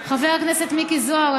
חבר הכנסת מיקי זוהר,